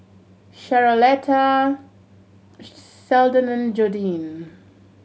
Charolette Seldon and Jordyn